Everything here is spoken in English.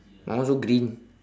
my one also green